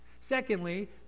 Secondly